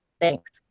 Thanks